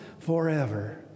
FOREVER